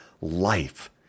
life